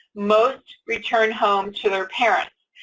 most return home to their parents.